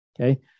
Okay